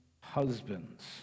husbands